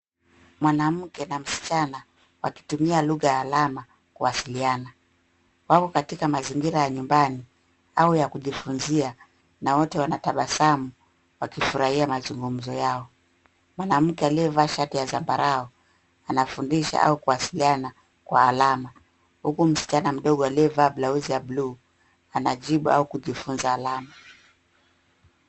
Mwanamke na msichana wakitumia lugha ya alama kuwasiliana. Wako katika mazingira ya nyumbani au ya kujifunzia na wote wanatabasamu wakifurahia mazungumzo yao. Mwanamke aliyevaa shati ya zambarau anafundisha au kuwasiliana kwa alama huku msichana mdogo aliyevaa blausi ya bluu anajibu au kujifunza alama.